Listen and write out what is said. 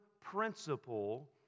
principle